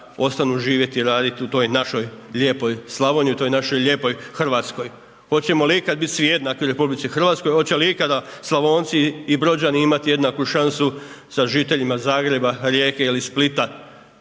ostanu živjeti i raditi u toj našoj lijepoj Slavoniji, u toj našoj lijepoj Hrvatskoj. Hoćemo li ikad bit svi jednaki u RH, hoće li ikada Slavonci i Brođani imati jednaku šansu sa žiteljima Zagreba, Rijeke ili Splita?